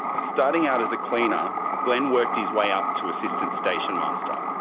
starting out as a cleaner, glenn worked his way up to assistant station master.